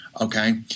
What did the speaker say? okay